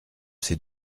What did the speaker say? ses